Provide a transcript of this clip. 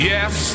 Yes